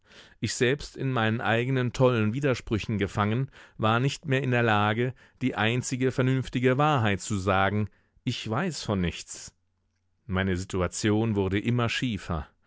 ich selbst in meinen eigenen tollen widersprüchen gefangen war nicht mehr in der lage die einzige vernünftige wahrheit zu sagen ich weiß von nichts meine situation wurde immer schiefer